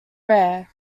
rare